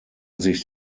sich